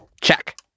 Check